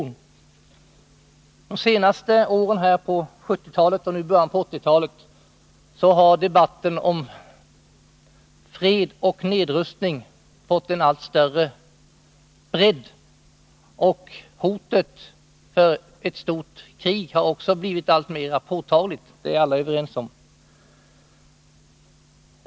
Under de senaste åren av 1970-talet och nu i början av 1980-talet har debatten om fred och nedrustning fått en allt större bredd. Hotet om ett stort krig har också blivit alltmer påtagligt — det är alla överens om.